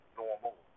normal